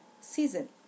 season